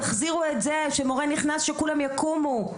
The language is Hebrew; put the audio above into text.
תחזירו את זה, כאשר מורה נכנס שכולם יקומו.